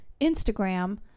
Instagram